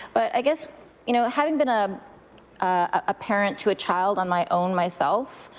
but i guess you know having been ah a parent to a child on my own myself,